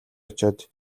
очоод